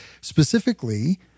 specifically